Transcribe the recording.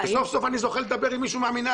סוף כל סוף אני זוכה לדבר עם מישהו מהמינהל.